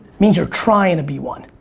means you're trying to be one.